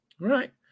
right